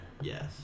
Yes